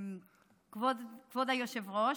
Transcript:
כבוד היושב-ראש,